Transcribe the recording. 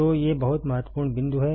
तो ये बहुत महत्वपूर्ण बिंदु हैं